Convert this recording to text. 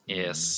yes